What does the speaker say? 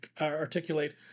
articulate